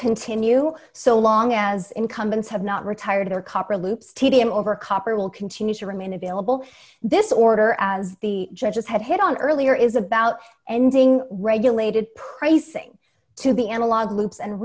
continue so long as incumbents have not retired or copper loops t d m over copper will continue to remain available this order as the judges had hit on earlier is about ending regulated pricing to the analog loops and